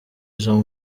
izo